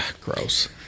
Gross